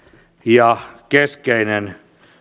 ja keskeinen